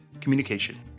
communication